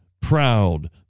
proud